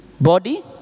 Body